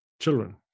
children